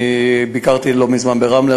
אני ביקרתי לא מזמן ברמלה,